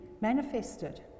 manifested